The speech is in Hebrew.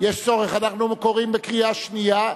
אנחנו מצביעים בקריאה שנייה,